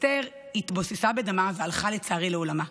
אסתר התבוססה בדמה והלכה לצערי לעולמה.